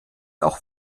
auch